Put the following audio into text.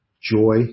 joy